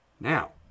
Now